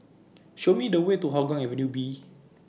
Show Me The Way to Hougang Avenue B